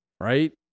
right